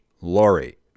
Laurie